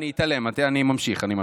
אני אתעלם, אני ממשיך, אני ממשיך.